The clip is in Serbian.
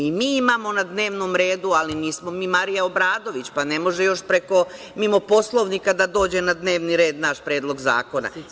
imamo na dnevnom redu, ali nismo mi Marija Obradović, pa ne može još mimo Poslovnika da dođe na dnevni red naš predlog zakona.